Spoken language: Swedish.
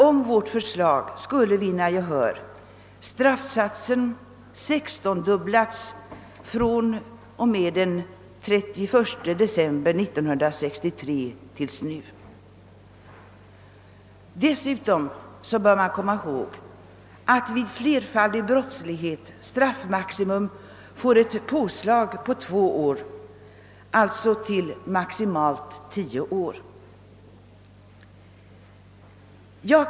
Om vårt förslag skulle vinna gehör innebär det att straffsatsen sextondubblats från den 31 december 1963 till nu. Dessutom bör man komma ihåg att vid flerfaldig brottslighet får straffmaximum ett tillägg på två år, alltså till maximalt tio år.